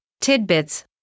tidbits